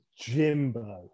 Jimbo